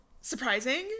surprising